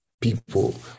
people